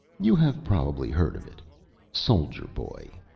you have probably heard of it soldier boy.